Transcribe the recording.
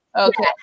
Okay